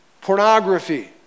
pornography